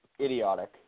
idiotic